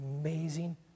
amazing